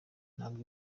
ntabwo